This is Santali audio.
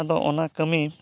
ᱟᱫᱚ ᱚᱱᱟ ᱠᱟᱹᱢᱤ